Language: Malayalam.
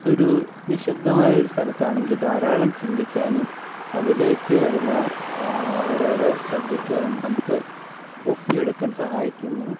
ഒരു നിശ്ശബ്ദമായ ഒരു സ്ഥലത്ത് ആണെങ്കിൽ ധാരാളം ചിന്തിക്കാനും അതിലേക്ക് വരുന്ന ഓരോരോ സബ്ജെക്റ്റുകളും നമുക്ക് ഒപ്പിയെടുക്കാൻ സഹായിക്കുന്നു